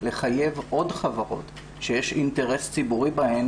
לחייב עוד חברות שיש אינטרס ציבורי בהן,